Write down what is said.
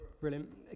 Brilliant